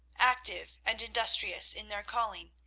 active and industrious in their calling,